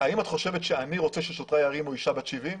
האם את חושבת שאני רוצה ששוטריי ירימו אישה בת 70?